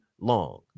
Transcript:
long